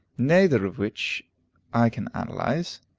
neither of which i can analyze.